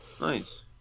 Nice